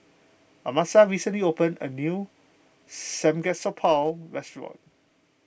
Amasa recently opened a new Samgyeopsal restaurant